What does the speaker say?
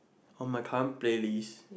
on my current playlist